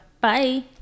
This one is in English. Bye